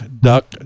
Duck